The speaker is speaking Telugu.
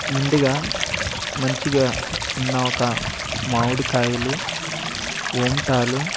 ముందుగా మంచిగా ఉన్న ఒక మామిడి కాయలు ఓంటాలు